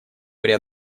при